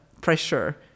pressure